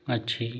अच्छी